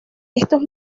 estos